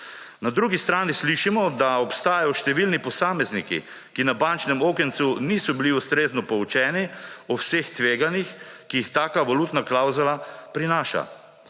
Na drugi strani slišimo, da obstajajo številni posamezniki, ki na bančnem okencu niso bili ustrezno poučeni o vseh tveganjih, ki jih taka valutna klavzula prinaša.